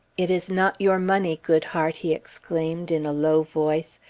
it is not your money, goodhart, he exclaimed in a low voice,